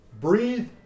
Breathe